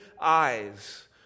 eyes